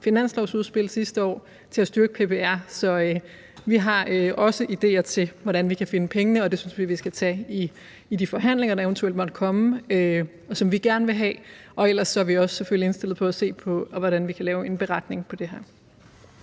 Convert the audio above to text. finanslovsudspil sidste år til at styrke PPR, så vi har også ideer til, hvordan vi kan finde pengene, og det synes vi vi skal tage i de forhandlinger, der eventuelt måtte komme, og som vi gerne vil have. Ellers er vi selvfølgelig også indstillet på at se på, hvordan vi kan lave en beretning på det her.